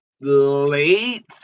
Late